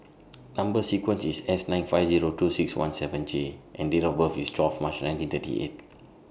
Number sequence IS S nine five Zero two six one seven J and Date of birth IS twelve March nineteen thirty eight